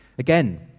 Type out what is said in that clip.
Again